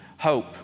hope